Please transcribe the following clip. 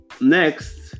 next